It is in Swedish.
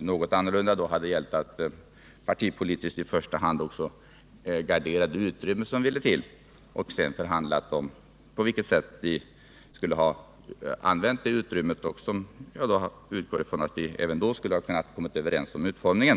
något annorlunda. Då hade det gällt att partipolitiskt i första hand också gardera det utrymme som ville till och att sedan förhandla om det sätt på vilket vi skulle ha använt detta utrymme. Jag utgår från att vi även då skulle ha kunnat komma överens om utformningen.